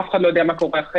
אף אחד לא יודע מה קורה אחרי.